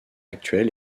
actuel